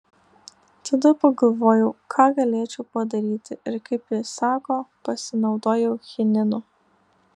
tada pagalvojau ką galėčiau padaryti ir kaip ji sako pasinaudojau chininu